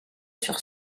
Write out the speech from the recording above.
sur